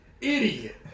idiot